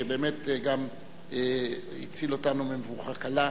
שבאמת גם הציל אותנו ממבוכה קלה.